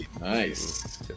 nice